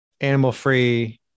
animal-free